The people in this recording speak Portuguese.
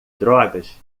drogas